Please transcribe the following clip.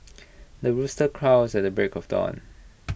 the rooster crows at the break of dawn